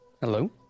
Hello